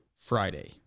friday